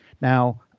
now